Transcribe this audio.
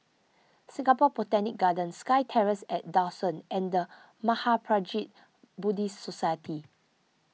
Singapore Botanic Gardens SkyTerrace at Dawson and the Mahaprajna Buddhist Society